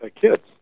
kids